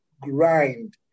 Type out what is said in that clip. grind